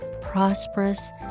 prosperous